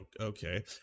okay